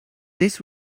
this